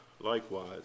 likewise